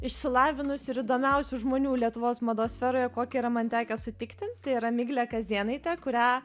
išsilavinusių ir įdomiausių žmonių lietuvos mados sferoje kokį yra man tekę sutikti tai yra miglė kazėnaitė kurią